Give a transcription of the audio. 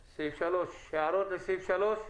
הערות לסעיף 3?